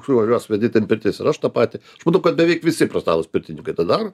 kuriuos vedi ten pirtis ir aš tą patį aš manau kad beveik visi profesionalūs pirtininkai tą daro